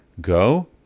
Go